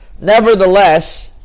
nevertheless